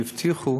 שהבטיחו,